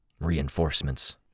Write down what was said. Reinforcements